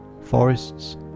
forests